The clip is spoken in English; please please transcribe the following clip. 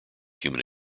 human